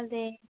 അതെ